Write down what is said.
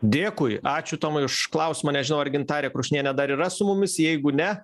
dėkui ačiū tomai už klausimą nežinau ar gintarė krušnienė dar yra su mumis jeigu ne